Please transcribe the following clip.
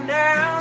now